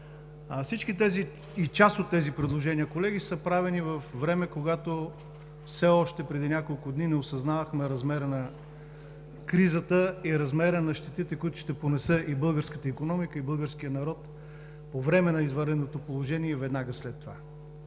Всички тези или част от тези предложения са правени, колеги, във време, когато, все още преди няколко дни, не осъзнавахме размера на кризата и размера на щетите, които ще понесе и българската икономика, и българският народ по време на извънредното положение и веднага след това.